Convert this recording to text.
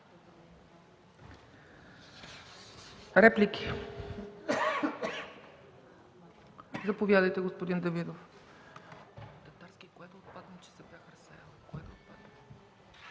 Реплики? Заповядайте, господин Давидов.